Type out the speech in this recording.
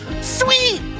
Sweet